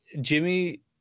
jimmy